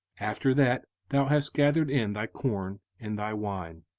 after that thou hast gathered in thy corn and thy wine